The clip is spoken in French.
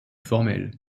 formel